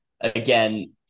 again